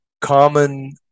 common